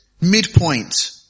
midpoint